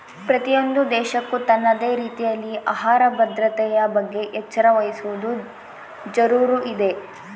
ಪ್ರತಿಯೊಂದು ದೇಶಕ್ಕೂ ತನ್ನದೇ ರೀತಿಯಲ್ಲಿ ಆಹಾರ ಭದ್ರತೆಯ ಬಗ್ಗೆ ಎಚ್ಚರ ವಹಿಸುವದು ಜರೂರು ಇದೆ